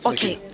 Okay